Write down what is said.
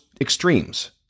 extremes